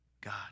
God